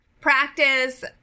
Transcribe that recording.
practice